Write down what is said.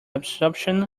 absorption